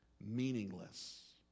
Meaningless